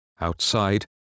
outside